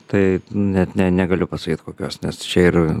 tai net ne negaliu pasakyti kokios nes čia ir